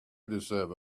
deserve